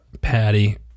Patty